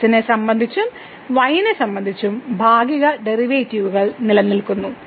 x നെ സംബന്ധിച്ചും y നെ സംബന്ധിച്ചും ഭാഗിക ഡെറിവേറ്റീവുകൾ നിലനിൽക്കുന്നു